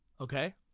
Okay